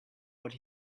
what